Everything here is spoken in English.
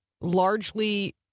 largely